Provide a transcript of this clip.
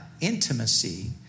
intimacy